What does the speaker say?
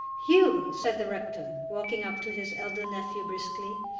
hugh, said the rector, walking up to his elder nephew, briskly,